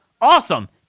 Awesome